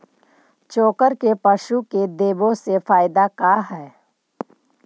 चोकर के पशु के देबौ से फायदा का है?